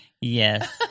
Yes